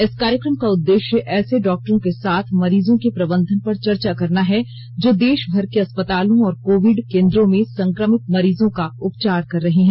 इस कार्यक्रम का उद्देश्य ऐसे डॉक्टरो के साथ मरीजों के प्रबंधन पर चर्चा करना है जो देशभर के अस्पतालों और कोविड केन्द्रों में संक्रमित मरीजों का उपचार कर रहे हैं